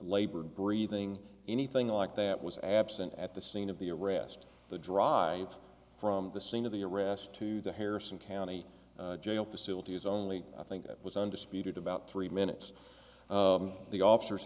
labored breathing anything like that was absent at the scene of the arrest the drive from the scene of the arrest to the harrison county jail facilities only i think it was undisputed about three minutes the officers